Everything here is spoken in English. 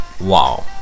wow